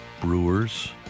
Brewers